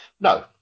no